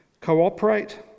cooperate